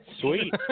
Sweet